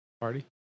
Party